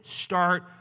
start